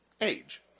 age